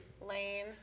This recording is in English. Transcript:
Lane